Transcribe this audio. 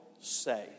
say